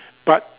but